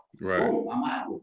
Right